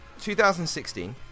2016